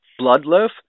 Bloodloaf